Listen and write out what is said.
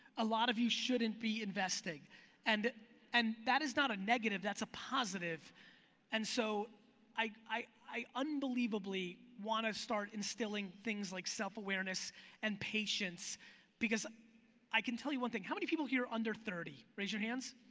a lot of you shouldn't be investing and and that is not a negative. that's a positive and so i unbelievably want to start instilling things like self-awareness and patience because i can tell you one thing. how many people are here under thirty? raise your hands.